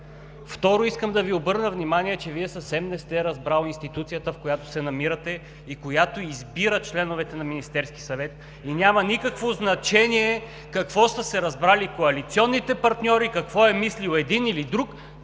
Второ, искам да Ви обърна внимание, че Вие съвсем не сте разбрали институцията, в която се намирате и която избира членовете на Министерския съвет. Няма никакво значение какво сте се разбрали коалиционните партньори, какво е мислил един или друг.